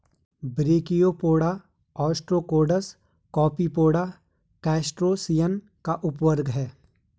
brachiopoda, ostracods, copepoda, crustacean का उपवर्ग है